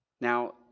Now